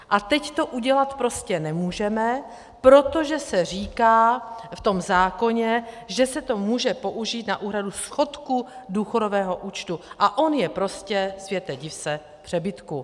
A teď to udělat prostě nemůžeme, protože se říká v tom zákoně, že se to může použít na úhradu schodku důchodového účtu, a on je prostě, světe div se, v přebytku.